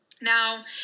Now